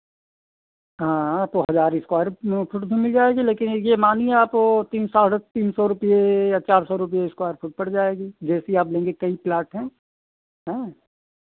हाँ हाँ तो हज़ार स्क्वायर फ़ुट भी मिल जाएगी लेकिन ये मानिए आप तीन साढ़े तीन सौ रुपए या चार सौ रुपए स्क्वायर फ़ुट पड़ जाएगी जैसी आप लेंगे कई प्लाट हैं हाँ